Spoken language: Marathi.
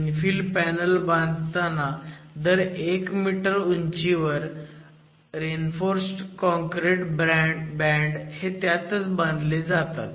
इन्फिल पॅनल बांधतांना दर 1 मीटर उंचीवर RC बँड हे त्यातच बांधले जातात